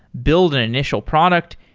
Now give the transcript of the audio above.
build an initial product,